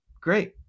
great